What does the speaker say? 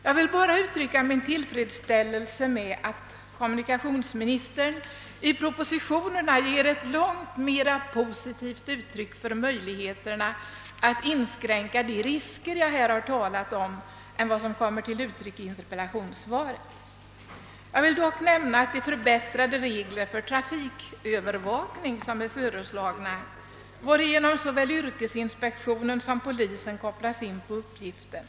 Jag vill bara uttrycka min tillfredsställelse över att kommunikationsministern i propositionerna ger ett långt mera positivt uttryck för möjligheterna att inskränka de risker jag här talat om än i interpellationssvaret. Låt mig i all korthet fästa uppmärksamheten på de förbättrade regler för trafikövervakning som föreslås och varigenom såväl yrkesinspektionen som polisen kopplas in på hithörande uppgifter.